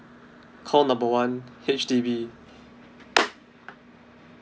call number one H_D_B